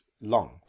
long